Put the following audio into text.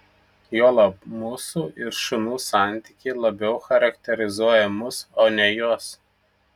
juolab mūsų ir šunų santykiai labiau charakterizuoja mus o ne juos